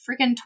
freaking